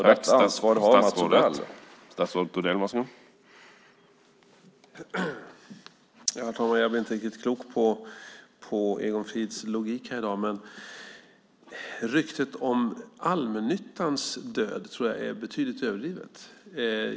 Herr talman! Jag blir inte riktigt klok på Egon Frids logik. Ryktet om allmännyttans död tror jag är betydligt överdrivet.